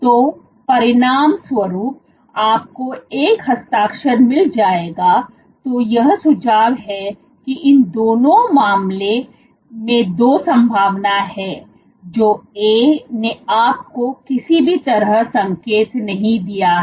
तो परिणामस्वरूप आपको एक हस्ताक्षर मिल जाएगा तो यह सुझाव है कि इन दोनों मामलों में दो संभावनाएं हैं जो A ने आप को किसी भी तरह संकेत दिया है